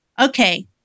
okay